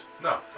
No